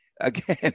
Again